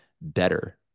better